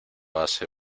hace